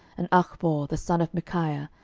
and achbor the son of michaiah,